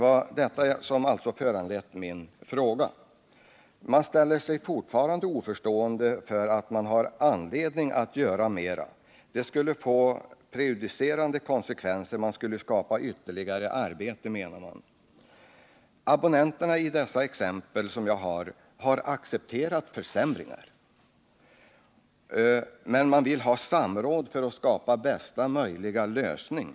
Det är alltså detta uppträdande som har föranlett min fråga. Postverket ställer sig forfarande oförstående till att man skulle ha anledning att göra mera. Det skulle få prejudicerande verkan. Man skulle skapa ytterligare arbete menar man. Abonnenterna i dessa exempel har accepterat försämringar men vill ha samråd för att skapa bästa möjliga lösning.